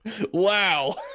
Wow